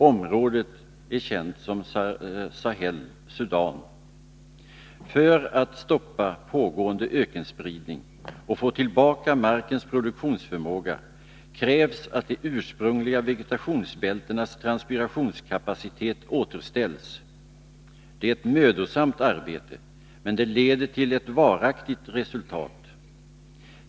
Området är känt som Sahel-Sudan. För att stoppa pågående ökenspridning och få tillbaka markens produktionsförmåga krävs att de ursprungliga vegetationsbältenas transpirationskapacitet återställs. Det är ett mödosamt arbete, men det leder till ett varaktigt resultat.